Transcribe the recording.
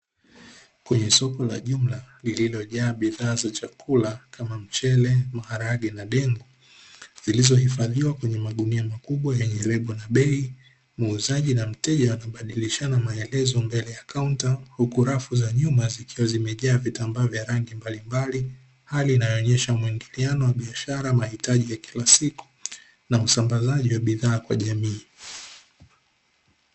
Kwenye soko la jumla lililojaa bidhaa za chakula kama mchele, maharage na dengu zilizohifadhiwa kwenye magunia makubwa yenye lebo na bei. Muuzaji na mteja wanabadilishana maelezo mbele ya kaunta. Huku rafu za nyuma zikiwa zimejaa vitambaa vya rangi mbalimbali hali inyoonyesha muingiliano wa biashara, mahitaji ya kila siku na usambazaji wa bidhaa kwa jamii.